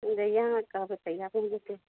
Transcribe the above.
जहिया अहाँ कहबै तहिया मिल जेतै